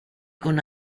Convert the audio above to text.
con